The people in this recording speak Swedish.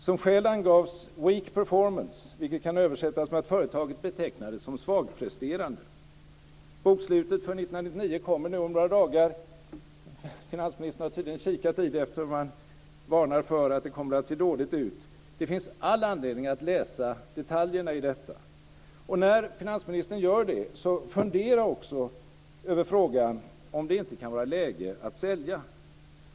Som skäl angavs weak performance, vilket kan översättas med att företaget betecknades som svagpresterande. Bokslutet för 1999 kommer om några dagar. Finansministern har tydligen kikat i det eftersom han varnar för att det kommer att se dåligt ut. Det finns all anledning att läsa detaljerna i detta. När finansministern gör det, fundera då också över frågan om det inte kan vara läge att sälja!